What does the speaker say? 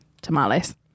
tamales